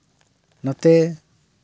ᱱᱚᱛᱮ